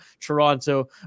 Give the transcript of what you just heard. Toronto